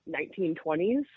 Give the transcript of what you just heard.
1920s